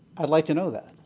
i'd like to know that.